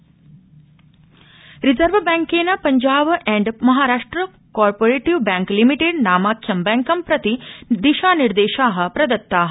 reserve बैंकम् reserve बैंकेन Punjab and Maharashtra cooperative bank limited नामाख्यं बैंकं प्रति दिशानिर्देशा प्रदत्ता